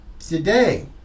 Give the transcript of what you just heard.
today